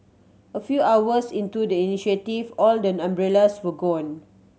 a few hours into the initiative all the umbrellas were gone